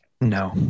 no